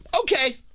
Okay